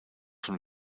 von